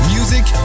Music